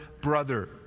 brother